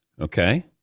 Okay